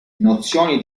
nozioni